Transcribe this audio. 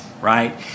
right